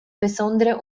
besondere